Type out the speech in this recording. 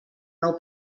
nou